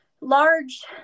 large